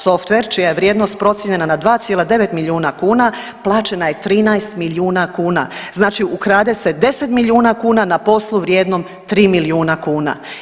Softver čija je vrijednost procijenjena na 2,9 milijuna kuna plaćena je 13 milijuna kuna, znači ukrade se 10 milijuna kuna na poslu vrijednom 3 milijuna kuna.